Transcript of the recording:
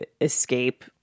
escape